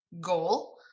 goal